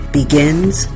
begins